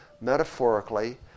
metaphorically